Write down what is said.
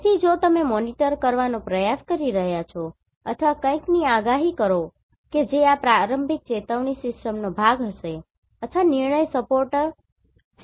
તેથી જો તમે મોનિટર કરવાનો પ્રયાસ કરી રહ્યાં છો અથવા કંઈકની આગાહી કરો કે જે આ પ્રારંભિક ચેતવણી સિસ્ટમનો ભાગ હશે અથવા નિર્ણય સપોર્ટ સિસ્ટમ હશે બરાબર